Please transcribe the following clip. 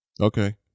Okay